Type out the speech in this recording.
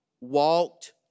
walked